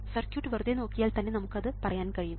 circuit വെറുതെ നോക്കിയാൽ തന്നെ നമുക്ക് അത് പറയാൻ കഴിയും